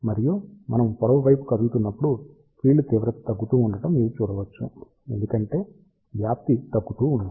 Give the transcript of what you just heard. మరియు మనము పొడవు వైపు కదులుతున్నప్పుడు ఫీల్డ్ తీవ్రత తగ్గుతూ ఉండటం మీరు చూడవచ్చు ఎందుకంటే వ్యాప్తి తగ్గుతూ ఉంటుంది